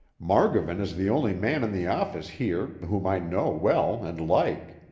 margovan is the only man in the office here whom i know well and like.